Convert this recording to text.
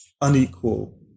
unequal